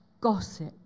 gossip